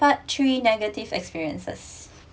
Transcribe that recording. part three negative experiences